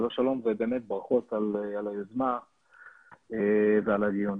שלום שלום ובאמת ברכות על היוזמה ועל הדיון.